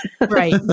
Right